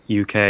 UK